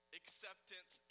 acceptance